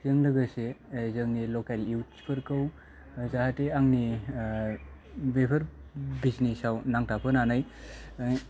जों लोगोसे जोंनि लकेल इयुथ्सफोरखौ जाहाथे आंनि बेफोर बिजिनेसाव नांथाब होनानै